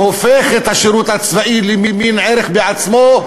שהופך את השירות הצבאי למין ערך בעצמו,